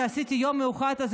כשעשיתי את היום המיוחד הזה,